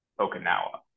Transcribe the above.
Okinawa